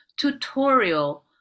tutorial